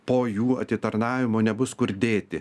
po jų atitarnavimo nebus kur dėti